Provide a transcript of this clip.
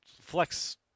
flex